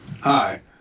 Hi